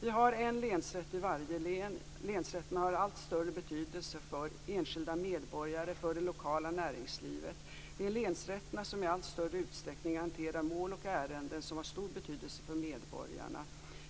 Vi har en länsrätt i varje län. Länsrätten har allt större betydelse för enskilda medborgare och för det lokala näringslivet. Det är länsrätterna som i allt större utsträckning garanterar mål och ärenden som har stor betydelse för medborgarna.